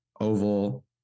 oval